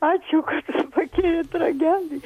ačiū kad pakėlėt ragalį